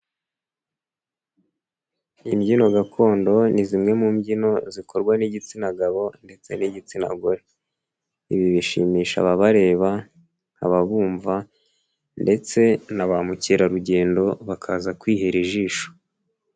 Imbyino gakondo ni zimwe mu mbyino zikorwa n'igitsina gabo ndetse n'igitsina gore. Ibi bishimisha aba bareba, aba bumva ndetse na ba mukerarugendo bakaza kwihera ijisho.